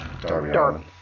Darby